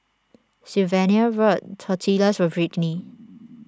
Sylvania bought Tortillas for Britany